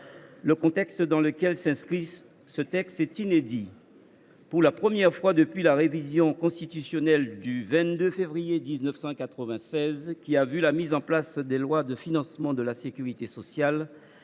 Le contexte dans lequel s’est inscrite cette discussion est inédit : pour la première fois depuis la révision constitutionnelle du 22 février 1996, qui a vu la mise en place des lois de financement de la sécurité sociale,